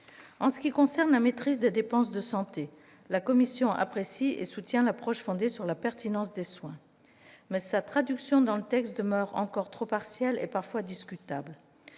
En ce qui concerne la maîtrise des dépenses de santé, la commission apprécie et soutient l'approche fondée sur la pertinence des soins. Cependant, sa traduction dans le texte demeure encore trop partielle et, parfois, discutable.